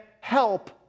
help